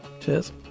Cheers